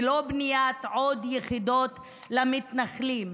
ולא בניית עוד יחידות למתנחלים.